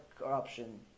corruption